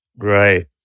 Right